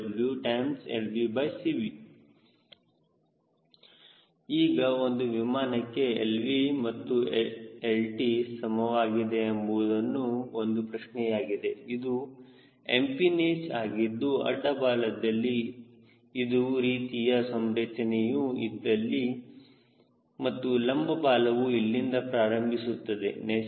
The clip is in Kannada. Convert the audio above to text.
4SVSwlVCb ಈಗ ಒಂದು ವಿಮಾನಕ್ಕೆ lv ಮತ್ತು lt ಸಮವಾಗಿದೆ ಎಂಬುವುದು ಒಂದು ಪ್ರಶ್ನೆಯಾಗಿದೆ ಇದು ಎಂಪಿನೇಜ ಆಗಿದ್ದು ಅಡ್ಡ ಬಾಲದಲ್ಲಿ ಒಂದು ರೀತಿಯ ಸಂರಚನೆಯು ಇದ್ದಲ್ಲಿ ಮತ್ತು ಲಂಬ ಬಾಲವು ಇಲ್ಲಿಂದ ಪ್ರಾರಂಭಿಸುತ್ತದೆ